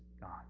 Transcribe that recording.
God